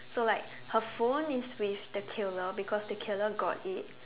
so like her phone is with the killer because the killer got it